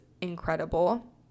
incredible